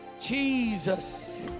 Jesus